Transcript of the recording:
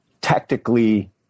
tactically